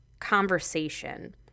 conversation